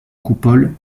coupole